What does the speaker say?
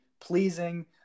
pleasing